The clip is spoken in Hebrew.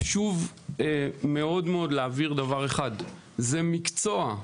חשוב מאוד מאוד להבהיר דבר אחד, זה מקצוע.